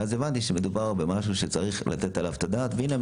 ואז הבנתי שמדובר במשהו שצריך לתת עליו את הדעת - והנה,